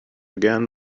again